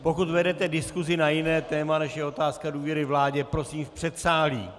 Pokud vedete diskusi na jiné téma, než je otázka důvěry vládě, prosím v předsálí.